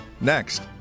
next